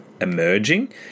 emerging